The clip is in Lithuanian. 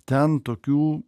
ten tokių